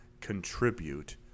contribute